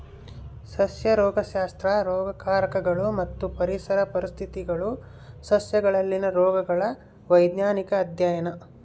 ಸಸ್ಯ ರೋಗಶಾಸ್ತ್ರ ರೋಗಕಾರಕಗಳು ಮತ್ತು ಪರಿಸರ ಪರಿಸ್ಥಿತಿಗುಳು ಸಸ್ಯಗಳಲ್ಲಿನ ರೋಗಗಳ ವೈಜ್ಞಾನಿಕ ಅಧ್ಯಯನ